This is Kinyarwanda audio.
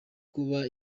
kuba